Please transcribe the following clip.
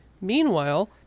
Meanwhile